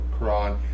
Quran